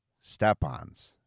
Step-Ons